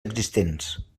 existents